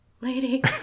lady